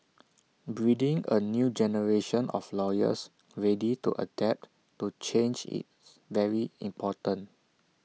breeding A new generation of lawyers ready to adapt to change is very important